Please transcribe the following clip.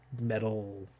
metal